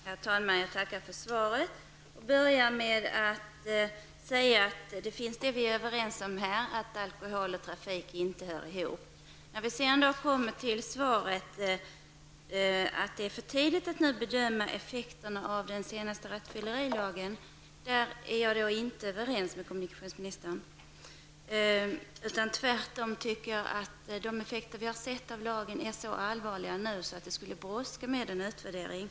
Herr talman! Jag tackar för svaret. Jag vill börja med att säga att vi är överens om att alkohol och trafik inte hör ihop. Kommunikationsministern sade att det är för tidigt att bedöma effekten av den senaste rattfyllerilagen. Det kan jag inte hålla med kommunikationsministern om. Jag tycker tvärtom att de effekter som vi har sett av lagen är så allvarliga att det brådskar med en utvärdering.